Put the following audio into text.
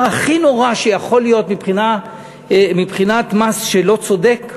הכי נורא שיכול להיות מבחינת מס לא צודק,